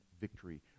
victory